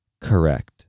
correct